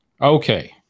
okay